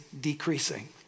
decreasing